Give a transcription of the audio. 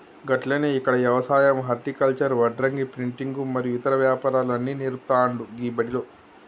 గట్లనే ఇక్కడ యవసాయం హర్టికల్చర్, వడ్రంగి, ప్రింటింగు మరియు ఇతర వ్యాపారాలు అన్ని నేర్పుతాండు గీ బడిలో